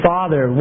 Father